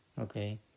okay